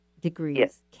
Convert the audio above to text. degrees